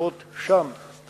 שלפחות שם המצב יהיה טוב יותר.